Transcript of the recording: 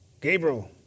Gabriel